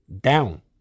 Down